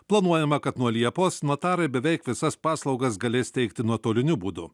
planuojama kad nuo liepos notarai beveik visas paslaugas galės teikti nuotoliniu būdu